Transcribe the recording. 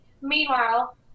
Meanwhile